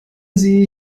sie